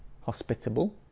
hospitable